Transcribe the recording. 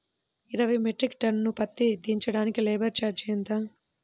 ఇరవై metric ton పత్తి దించటానికి లేబర్ ఛార్జీ ఎంత?